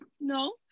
no